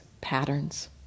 patterns